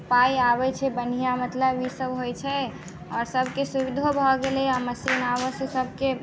पाइ आबैत छै बढ़ियाँ मतलब ईसभ होइत छै आओर सभकिछु सुविधो भऽ गेलैए मशीन आबयसँ सभके